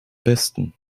besten